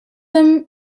them